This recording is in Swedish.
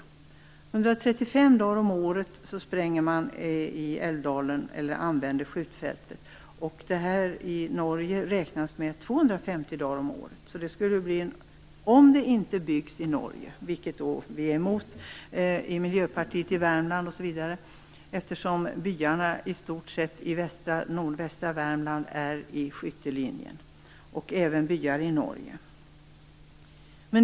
135 dagar om året spränger man i Älvdalen eller använder skjutfältet, och i Norge räknar man med 250 dagar om året. Miljöpartiet i Värmland är alltså emot att skjutfältet byggs, eftersom byarna i nordvästra Värmland och även byar i Norge i stort sett ligger i skyttelinjen.